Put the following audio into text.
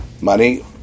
Money